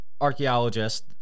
archaeologist